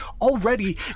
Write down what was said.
already